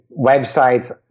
Websites